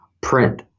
print